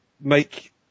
make